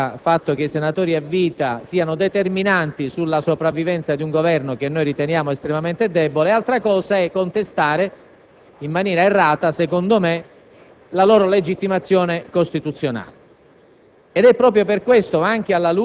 l'opportunità politica che i senatori a vita siano determinanti per la sopravvivenza di un Governo che noi riteniamo estremamente debole, altra cosa è contestare, in maniera errata, secondo me, la loro legittimazione costituzionale.